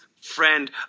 friend